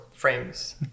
frames